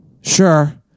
Sure